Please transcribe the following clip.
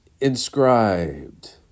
inscribed